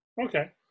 Okay